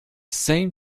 same